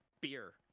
beer